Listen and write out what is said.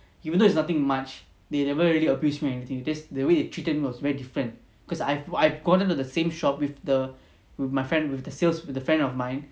even though it's nothing much they never really abuse me or anything that's the way they treated him was very different cause I I've gotten into the same shop with the with my friend with the sales with a friend of mine